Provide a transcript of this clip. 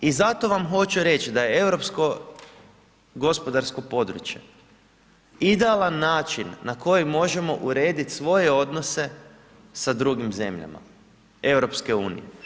I zato vam hoću reći da je europsko gospodarsko područje idealan način na koji možemo urediti svoje odnose sa drugim zemljama EU.